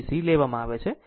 છે VC લેવામાં આવે છે